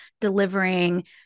delivering